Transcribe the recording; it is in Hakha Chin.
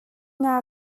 nga